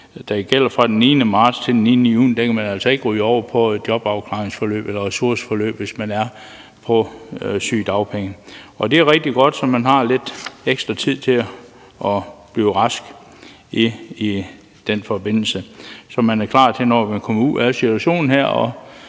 der gælder fra den 9. marts til den 9. juni, ryge over i et jobafklaringsforløb eller et ressourceforløb, hvis man er på sygedagpenge. Det er rigtig godt, så man har lidt ekstra tid til at blive rask i den forbindelse, og så man er klar til, når man kommer ud af den her